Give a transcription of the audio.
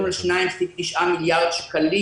שתעלה למדינת ישראל 2.9 מיליארד שקלים.